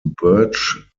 birch